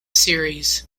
series